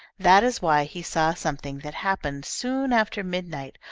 that is why he saw something that happened soon after midnight,